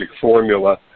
formula